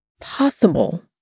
possible